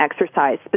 exercise